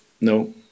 no